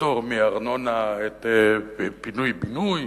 ולפטור מארנונה את פינוי-בינוי